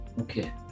Okay